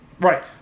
Right